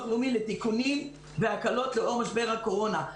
הלאומי לתיקונים והקלות לאור משבר הקורונה.